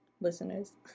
listeners